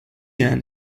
end